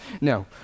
No